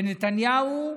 ונתניהו,